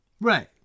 right